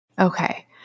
Okay